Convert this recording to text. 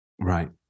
Right